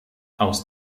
aus